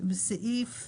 בסעיף